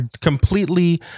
Completely